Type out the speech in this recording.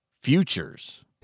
futures